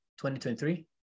2023